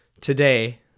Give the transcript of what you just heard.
today